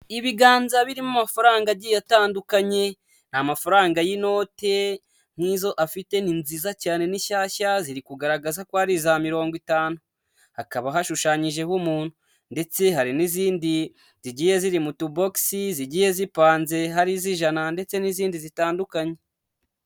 Ibiganza birimo amafaranga agiye atandukanye. Amafaranga y'inote nk'izo afite ni nziza cyane n'inshyashya ziri kugaragaza ko ari iza mirongo itanu. Hakaba hashushanyijeho umuntu. Ndetse hari n'izindi zigiye ziriri m'utubogisi zigiye zipanze hari iz'ijana ndetse n'izindi zitandukanye.